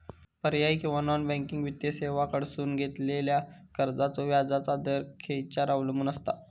पर्यायी किंवा non banking वित्तीय सेवांकडसून घेतलेल्या कर्जाचो व्याजाचा दर खेच्यार अवलंबून आसता?